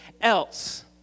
else